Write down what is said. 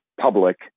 public